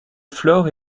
flore